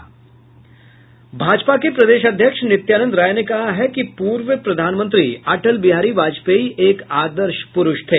भाजपा के प्रदेश अध्यक्ष नित्यानंद राय ने कहा है कि पूर्व प्रधानमंत्री अटल बिहारी वाजपेयी एक आदर्श पुरूष थे